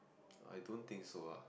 I don't think so ah